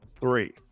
three